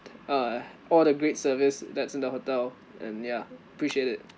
uh all the great service that's in the hotel and ya appreciate it